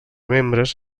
membres